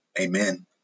Amen